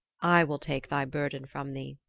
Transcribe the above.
i will take thy burthen from thee,